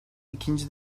ikinci